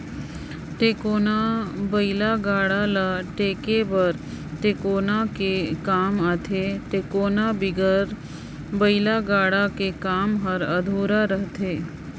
टेकोना बइला गाड़ा ल टेके बर टेकोना कर काम आथे, टेकोना बिगर बइला गाड़ा कर काम हर अधुरा रहथे